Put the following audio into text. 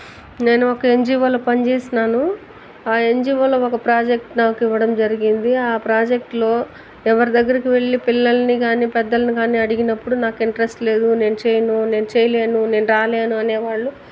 నేను ఒక ఎన్జివోలో పని చేస్తున్నాను ఆ ఎన్జివోలో ఒక ప్రాజెక్ట్ నాకివ్వడం జరిగింది ఆ ప్రాజెక్ట్ లో ఎవరి దగ్గరకి వెళ్ళి పిల్లల్ని కానీ పెద్దల్ని కానీ అడిగినప్పుడు నాకు ఇంట్రెస్ట్ లేదు నేను చేయను నేను చేయలేను నేను రాలేను అనే వాళ్ళు